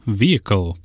vehicle